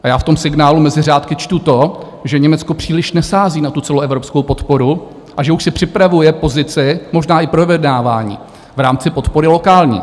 A já v tom signálu mezi řádky čtu to, že Německo příliš nesází na tu celoevropskou podporu a že už si připravuje pozici, možná i pro vyjednávání, v rámci podpory lokální.